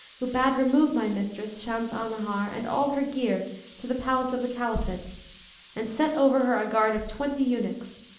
who bade remove my mistress, shams al-nahar, and all her gear to the palace of the caliphate and set over her a guard of twenty eunuchs.